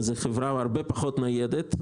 זו חברה הרבה פחות ניידת,